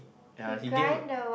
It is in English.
ya he gave